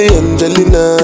angelina